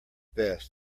best